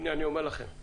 הנה אני אומר לכם,